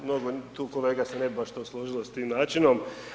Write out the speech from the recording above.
Mnogo tu kolega se ne bi baš složilo s tim načinom.